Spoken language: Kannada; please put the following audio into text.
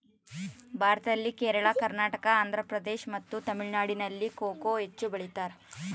ಭಾರತದಲ್ಲಿ ಕೇರಳ, ಕರ್ನಾಟಕ, ಆಂಧ್ರಪ್ರದೇಶ್ ಮತ್ತು ತಮಿಳುನಾಡಿನಲ್ಲಿ ಕೊಕೊ ಹೆಚ್ಚು ಬೆಳಿತಾರ?